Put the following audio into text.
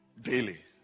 Daily